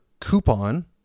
coupon